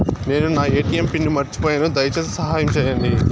నేను నా ATM pin మర్చిపోయాను, దయచేసి సహాయం చేయండి